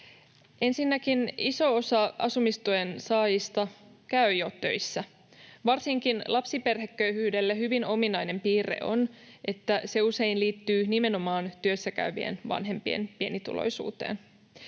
Ensinnäkin iso osa asumistuen saajista käy jo töissä. Varsinkin lapsiperheköyhyydelle hyvin ominainen piirre on, että se usein liittyy nimenomaan työssäkäyvien vanhempien pienituloisuuteen.